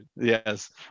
yes